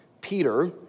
Peter